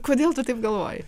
kodėl tu taip galvoji